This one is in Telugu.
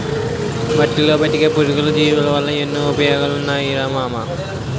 మట్టిలో బతికే పురుగులు, జీవులవల్ల ఎన్నో ఉపయోగాలున్నాయిరా మామా